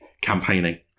campaigning